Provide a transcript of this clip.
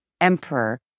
emperor